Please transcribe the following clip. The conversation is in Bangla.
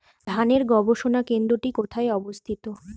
ধানের গবষণা কেন্দ্রটি কোথায় অবস্থিত?